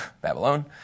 Babylon